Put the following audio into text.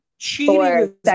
Cheating